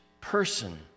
person